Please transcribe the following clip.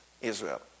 Israel